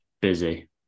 busy